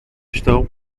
estão